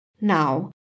Now